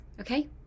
okay